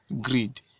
greed